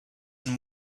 and